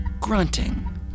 grunting